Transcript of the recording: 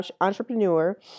entrepreneur